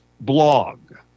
Blog